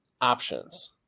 options